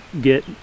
get